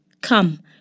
come